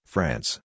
France